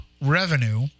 revenue